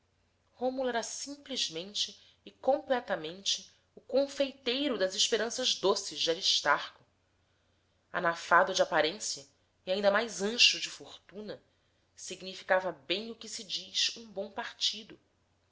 rômulo era simplesmente e completamente o confeiteiro das esperanças doces de aristarco anafado de aparência e ainda mais ancho de fortuna significava bem o que se diz um bom partido